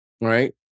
right